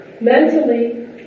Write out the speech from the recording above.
Mentally